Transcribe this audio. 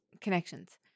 connections